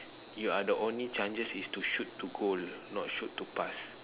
you are the only chances is to shoot to goal not shoot to pass